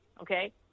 okay